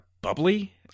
bubbly